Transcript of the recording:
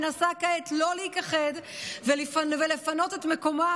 מנסה כעת לא להיכחד ולפנות את מקומה,